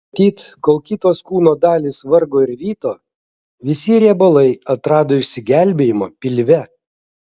matyt kol kitos kūno dalys vargo ir vyto visi likę riebalai atrado išsigelbėjimą pilve